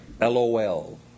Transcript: LOL